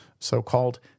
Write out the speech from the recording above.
So-called